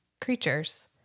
creatures